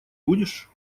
будешь